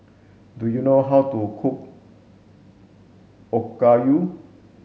do you know how to cook Okayu